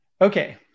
Okay